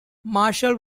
marshall